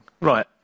Right